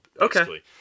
Okay